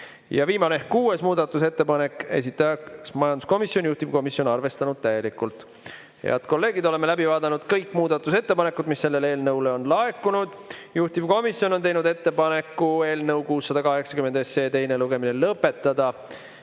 Ja viimane ehk kuues muudatusettepanek, esitaja majanduskomisjon, juhtivkomisjon on arvestanud täielikult. Head kolleegid! Oleme läbi vaadanud kõik muudatusettepanekud, mis selle eelnõu kohta on laekunud. Juhtivkomisjon on teinud ettepaneku eelnõu 680 teine lugemine lõpetada